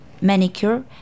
manicure